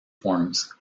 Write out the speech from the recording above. forms